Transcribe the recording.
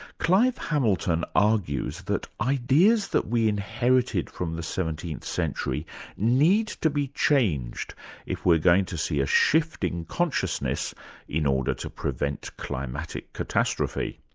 clive hamilton argues that ideas that we inherited from the seventeenth century need to be changed if we're going to see be a shift in consciousness in order to prevent climatic catastrophe.